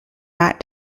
not